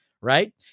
right